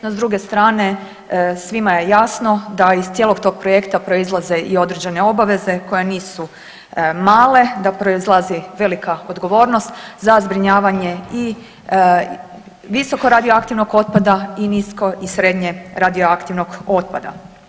No s druge strane svima je jasno da iz cijelog tog projekta proizlaze i određene obaveze koje nisu male, da proizlazi velika odgovornost za zbrinjavanje i visoko radioaktivnog otpada i nisko i srednje radioaktivnog otpada.